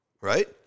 right